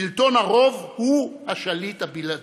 שלטון הרוב הוא השליט הבלעדי.